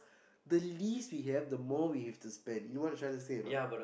the least we have the more we have to spend you know what I'm trying to say or not